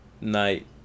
night